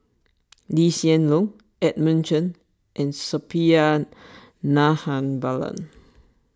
Lee Hsien Loong Edmund Chen and Suppiah Dnahabalan